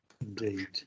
indeed